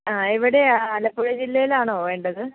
ആ എവിടെയാണ് ആലപ്പുഴ ജില്ലയിലാണോ വേണ്ടത്